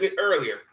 earlier